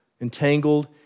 Entangled